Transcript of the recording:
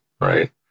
right